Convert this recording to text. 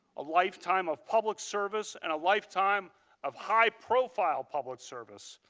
a lifetime of public service, and a lifetime of high profile public service.